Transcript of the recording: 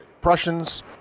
Prussians